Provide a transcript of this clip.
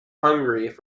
hungary